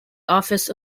office